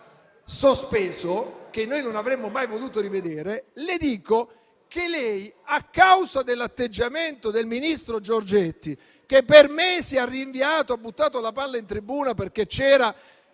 sospeso e che noi non avremmo mai voluto rivedere, dico che, a causa dell'atteggiamento del ministro Giorgetti, che per mesi ha rinviato e ha buttato la palla in tribuna perché dentro